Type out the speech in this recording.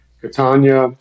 Catania